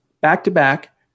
back-to-back